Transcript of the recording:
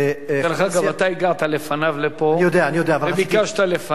דרך אגב, אתה הגעת לפניו לפה וביקשת לפניו.